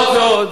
זאת ועוד,